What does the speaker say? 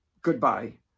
goodbye